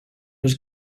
was